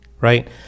right